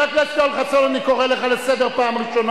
הכנסת יואל חסון, אני קורא לך לסדר בפעם הראשונה.